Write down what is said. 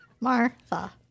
martha